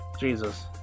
Jesus